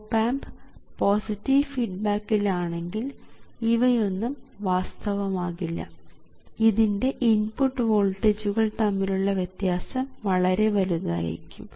op amp positive ഫീഡ്ബാക്കിൽ ആണെങ്കിൽ ഇവയൊന്നും വാസ്തവം ആകില്ല ഇതിൻറെ ഇൻപുട്ട് വോൾട്ടേജുകൾ തമ്മിലുള്ള വ്യത്യാസം വളരെ വലുതായിരിക്കും